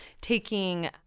taking